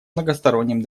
многосторонним